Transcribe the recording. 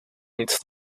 nic